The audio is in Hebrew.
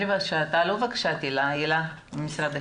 הילה ממשרד החינוך.